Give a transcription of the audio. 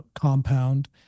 compound